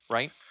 Right